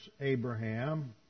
Abraham